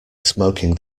smoking